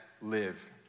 live